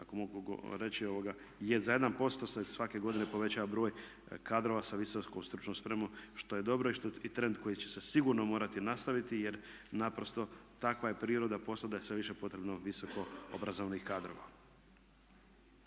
ako mogu reći je za jedan posto se svake godine poveća broj kadrova sa visokom stručnom spremom što je dobro i što je trend koji će se sigurno morati nastaviti jer naprosto takva je priroda posla da je sve više potrebno visoko obrazovnih kadrova.